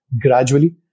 gradually